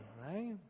right